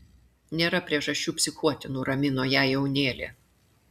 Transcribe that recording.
nėra priežasčių psichuoti nuramino ją jaunėlė